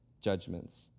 judgments